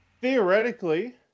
theoretically